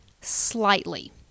slightly